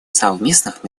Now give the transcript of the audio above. совместных